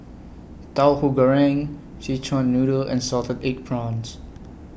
Tauhu Goreng Szechuan Noodle and Salted Egg Prawns